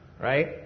right